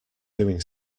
doing